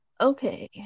Okay